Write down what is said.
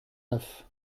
neuf